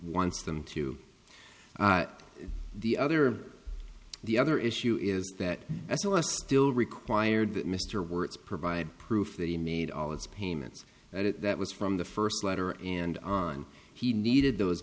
wants them to the other the other issue is that that's still required that mr wertz provide proof that he made all its payments at that was from the first letter and on he needed those